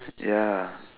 ya